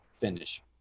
finish